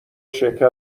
شکر